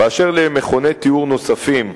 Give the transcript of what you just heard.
באשר למכוני טיהור נוספים,